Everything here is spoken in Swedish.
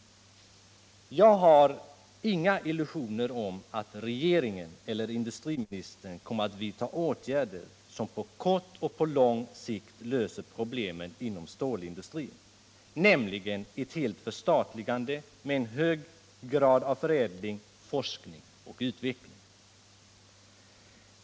Jag har inga illusioner om att regeringen eller industriministern kommer att vidta åtgärder som på kort och lång sikt löser problemen inom stålindustrin, nämligen ett helt förstatligande med hög grad av förädling, forskning och utveckling.